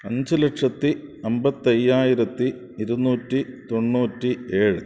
അഞ്ച് ലക്ഷത്തി അൻപത്തയ്യായിരത്തി ഇരുന്നൂറ്റി തൊണ്ണൂറ്റി ഏഴ്